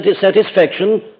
satisfaction